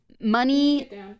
money